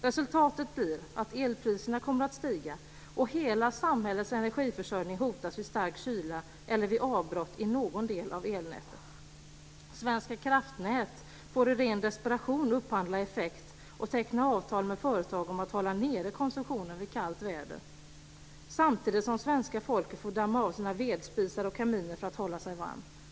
Resultatet blir att elpriserna kommer att stiga och att hela samhällets energiförsörjning hotas vid stark kyla eller vid avbrott i någon del av elnätet. Svenska Kraftnät får i ren desperation upphandla effekt och teckna avtal med företag om att hålla nere konsumtionen vid kallt väder, samtidigt som svenska folket får damma av sina vedspisar och kaminer för att hålla värmen.